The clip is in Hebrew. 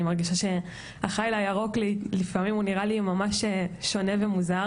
מרגישה שהחייל הירוק לי לפעמים הוא ניראה לי ממש שונה ומוזר